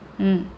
mm